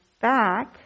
back